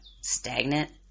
stagnant